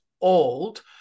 old